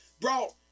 brought